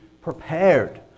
prepared